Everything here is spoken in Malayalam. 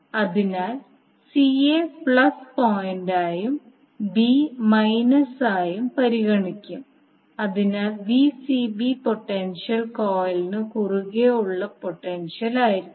അതിനാൽ സി യെ പ്ലസ് പോയിന്റായും ബി മൈനസായും പരിഗണിക്കും അതിനാൽ വിസിബി പൊട്ടൻഷ്യൽ കോയിലിനു കുറുകെ ഉള്ള പൊട്ടൻഷ്യൽ ആയിരിക്കും